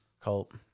cult